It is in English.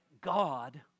god